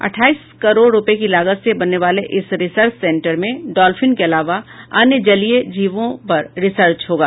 अट्ठाईस करोड़ रूपये की लागत से बनने वाले इस रिसर्च सेंटर में डाल्फिन के अलावा अन्य जलीय जीवों पर रिसर्च होगा